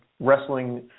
wrestling